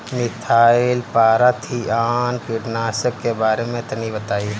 Methyl parathion कीटनाशक के बारे में तनि बताई?